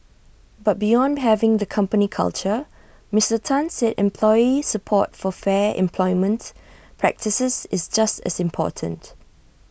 but beyond having the company culture Mister Tan said employee support for fair employment practices is just as important